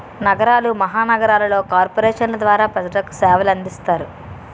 నగరాలు మహానగరాలలో కార్పొరేషన్ల ద్వారా ప్రజలకు సేవలు అందిస్తారు